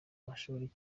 amashuri